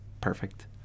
perfect